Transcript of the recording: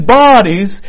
bodies